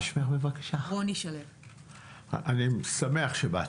אני שמח שבאת.